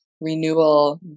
renewal